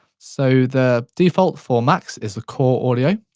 so the default for macs is the core audio.